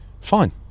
Fine